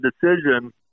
decision